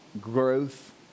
growth